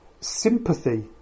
sympathy